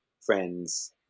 Friends